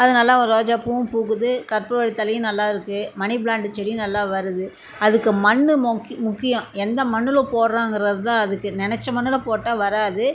அது நல்லா ரோஜா பூவும் பூக்குது கற்பூரவள்ளி தழையும் நல்லாயிருக்கு மணி ப்ளாண்ட்டு செடியும் நல்லா வருது அதுக்கு மண்ணு மோக் முக்கியம் எந்த மண்ணில் போடுறோங்கிறது தான் அதுக்கு நெனைச்ச மண்ணில் போட்டால் வராது